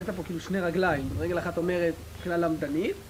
הייתה פה כאילו שני רגליים, רגל אחת אומרת, מבחינה למדנית